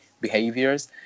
behaviors